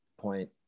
point